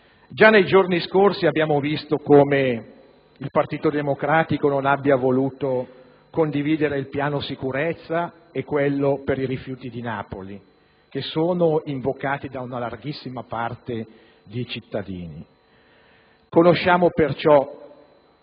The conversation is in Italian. già nei giorni scorsi abbiamo visto come il Partito Democratico non abbia voluto condividere il piano sicurezza e quello per i rifiuti di Napoli, che sono invocati da una larghissima parte dei cittadini. Conosciamo perciò